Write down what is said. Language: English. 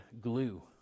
glue